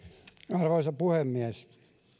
arvoisa puhemies